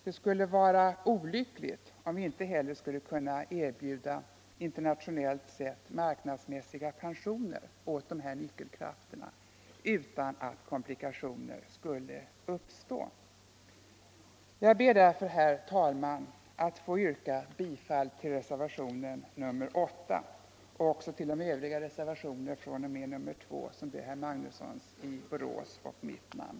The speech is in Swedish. Det vore olyckligt om vi inte heller skulle kunna erbjuda internationellt sett marknadsmässiga pensioner åt dessa nyckelkrafter utan att komplikationer skulle uppstå. Jag ber därför, herr talman, att få yrka bifall till reservationen 8 och också till de övriga reservationerna, fr.o.m. reservationen 2, med herr Magnussons i Borås och mitt namn.